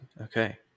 Okay